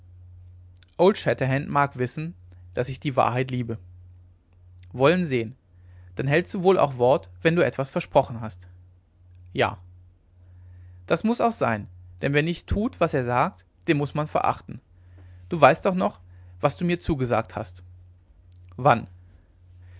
old shatterhand mag wissen daß ich die wahrheit liebe wollen sehen dann hältst du wohl auch wort wenn du etwas versprochen hast ja das muß auch sein denn wer nicht tut was er sagt den muß man verachten du weißt doch noch was du zu mir gesagt hast wann